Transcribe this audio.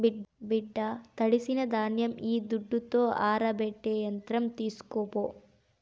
బిడ్డా తడిసిన ధాన్యం ఈ దుడ్డుతో ఆరబెట్టే యంత్రం తీస్కోపో